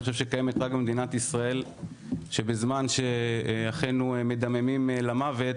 חושב שקיימת רק במדינת ישראל שבזמן שאחינו מדממים למוות,